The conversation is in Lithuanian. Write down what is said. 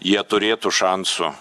jie turėtų šansų